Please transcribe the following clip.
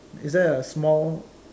is there a small